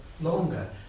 longer